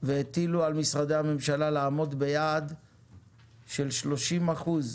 והטילו על משרדי הממשלה לעמוד ביעד של 30 אחוזי